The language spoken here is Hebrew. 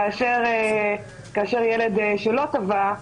כאשר ילד שלא תבע,